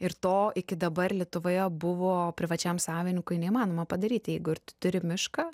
ir to iki dabar lietuvoje buvo privačiam savininkui neįmanoma padaryti jeigu ir turi mišką